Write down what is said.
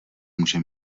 může